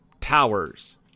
towers